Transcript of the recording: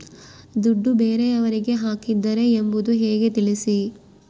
ದುಡ್ಡು ಬೇರೆಯವರಿಗೆ ಹಾಕಿದ್ದಾರೆ ಎಂಬುದು ಹೇಗೆ ತಿಳಿಸಿ?